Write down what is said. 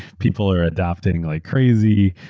people are adopting like crazy.